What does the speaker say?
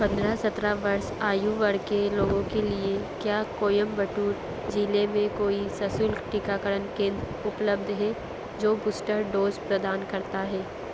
पंद्रह सत्रह वर्ष आयु वर्ग के लोगों के लिए क्या कोयम्बटूर ज़िले में कोई सशुल्क टीकाकरण केंद्र उपलब्ध है जो बूस्टर डोज़ प्रदान करता है